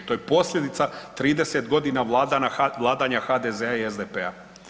To je posljedica 30 godina vladanja HDZ-a i SDP-a.